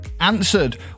answered